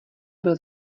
byl